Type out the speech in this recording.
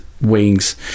wings